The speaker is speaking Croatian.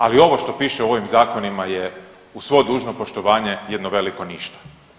Ali ovo što piše u ovim zakonima je uz svo dužno poštovanje jedno veliko ništa.